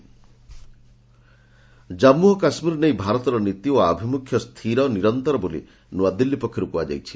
India OIC Jammu ଓ କାଶ୍ମୀର ନେଇ ଭାରତର ନୀତି ଓ ଆଭିମୁଖ୍ୟ ସ୍ଥିର ନିରନ୍ତର ବୋଲି ନୂଆଦିଲ୍ଲୀ ପକ୍ଷରୁ କୁହାଯାଇଛି